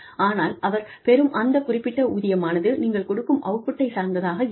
ஆனால் அவர் பெறும் அந்த குறிப்பிட்ட ஊதியமானது நீங்கள் கொடுக்கும் அவுட்புட்டை சார்ந்ததாக இருக்கும்